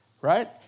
right